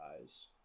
eyes